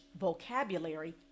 vocabulary